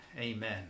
Amen